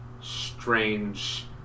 strange